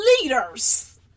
leaders